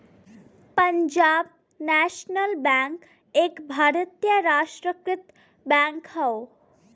Punjab national bank एक भारतीय राष्ट्रीयकृत बैंक हौ